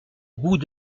bout